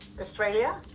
Australia